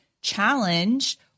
challenge